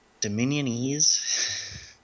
Dominionese